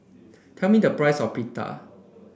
tell me the price of Pita